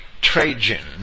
Trajan